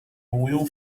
will